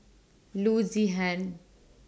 Loo Zihan